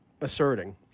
asserting